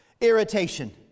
Irritation